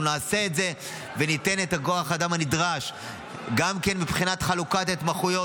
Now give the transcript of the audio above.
אנחנו נעשה את זה וניתן את כוח האדם הנדרש גם כן מבחינת חלוקת התמחויות,